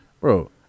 Bro